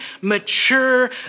mature